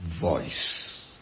voice